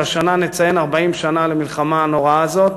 והשנה נציין 40 שנה למלחמה הנוראה הזאת,